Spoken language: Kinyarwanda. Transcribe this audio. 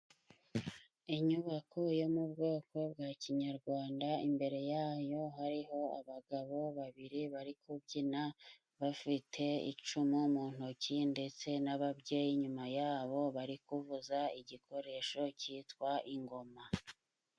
Inyubako yo mu bwoko bwa kinyarwanda imbere yayo hariho abagabo babiri bari kubyina bafite icumu mu ntoki ndetse n'ababyeyi nyuma yabo bari kuvuza igikoresho cyitwa ingoma.